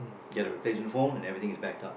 get a replacement phone and everything is backed up